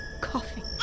coughing